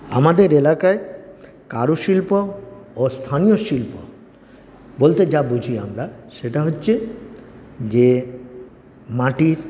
আমাদের এলাকায় কারুশিল্প ও স্থানীয় শিল্প বলতে যা বুঝি আমরা সেটা হচ্ছে যে মাটির